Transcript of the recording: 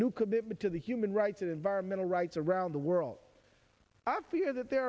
new commitment to the human rights and environmental rights around the world i fear that the